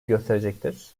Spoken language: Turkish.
gösterecektir